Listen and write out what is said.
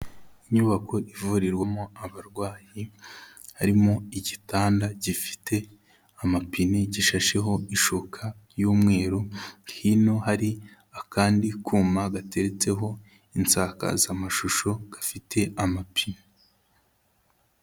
Inyubako ivurirwamo abarwayi harimo igitanda gifite amapine gishasheho ishuka y'umweru, hino hari akandi kuma gateretseho insakazamashusho gafite amapine.